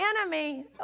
enemy